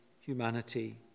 humanity